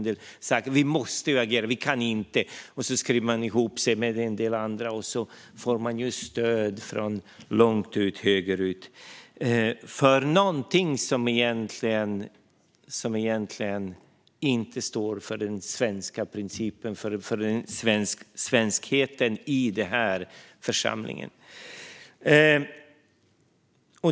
De bara måste agera, och så skriver de ihop sig med en del andra och får stöd långt högerut ifrån. De får stöd för någonting som egentligen inte står för den svenska principen eller svenskheten i den här församlingen.